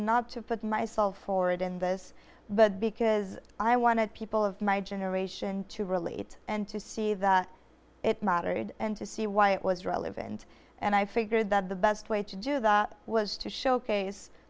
not to put myself forward in this but because i wanted people of my generation to relate and to see that it mattered and to see why it was relevant and i figured that the best way to do that was to showcase